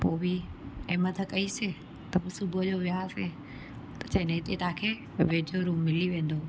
पोइ बि हिमत कईसीं त पोइ सुबुह जो वियासीं त चवनि हिते तव्हांखे वेझो रूम मिली वेंदो